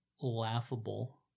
laughable